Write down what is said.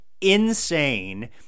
insane